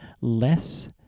Less